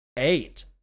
Eight